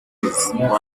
voilà